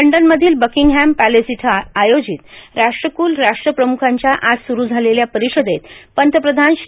London मधील Buckingham palace इथं आयोजित राष्ट्रकूल राष्ट्र प्रमूखांच्या आज सुरू झालेल्या परिषदेत पंतप्रधान श्री